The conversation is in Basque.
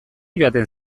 joaten